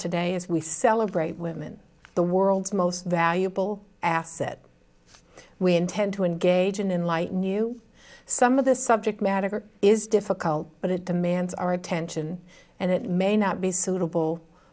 today as we celebrate women the world's most valuable asset we intend to engage in light new some of the subject matter is difficult but it demands our attention and it may not be suitable